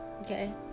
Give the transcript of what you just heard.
Okay